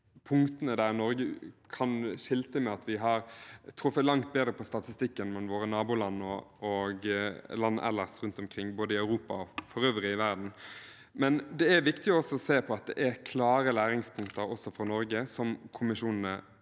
Norge kan skilte med at vi har truffet langt bedre på statistikken enn våre naboland og land ellers rundt omkring, både i Europa og i verden for øvrig, men det er viktig også å se på at det er klare læringspunkter også for Norge, som kommisjonene